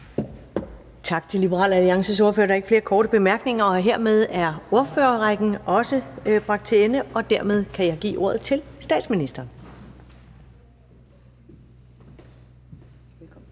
Tak til Liberal Alliances ordfører. Der er ikke flere korte bemærkninger, og hermed er ordførerrækken også bragt til ende, og dermed kan jeg give ordet til statsministeren.